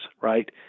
right